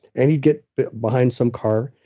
and he'd get behind some car,